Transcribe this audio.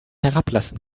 herablassen